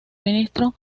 ministro